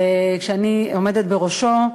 שאני עומדת בראשו,